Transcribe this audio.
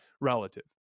relative